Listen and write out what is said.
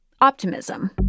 optimism